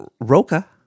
Roca